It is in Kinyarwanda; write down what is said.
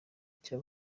cya